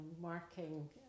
marking